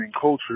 culture